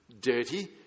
dirty